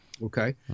Okay